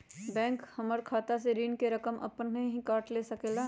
Bank हमार खाता से ऋण का रकम अपन हीं काट ले सकेला?